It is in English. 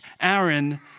Aaron